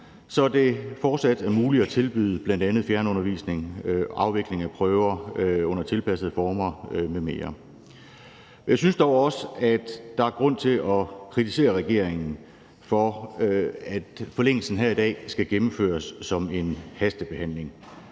så det fortsat er muligt at tilbyde bl.a. fjernundervisning, afvikling af prøver under tilpassede former m.m. Jeg synes dog også, at der er grund til at kritisere regeringen for, at forlængelsen her i dag skal gennemføres som en hastebehandling.